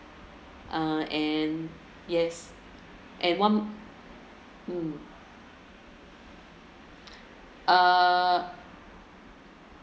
uh and yes and one mm uh